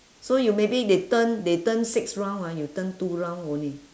so you maybe they turn they turn six round ah you turn two round only